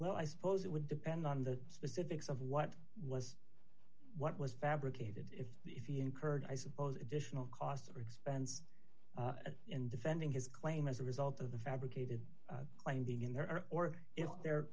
well i suppose it would depend on the specifics of what was what was fabricated if he incurred i suppose additional costs or expense in defending his claim as a result of the fabricated claim being in there or if the